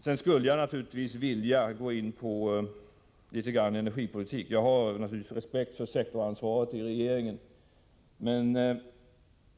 Även om jag naturligtvis har respekt för sektorsansvaret inom regeringen, 109 vill jag något gå in på energipolitiken.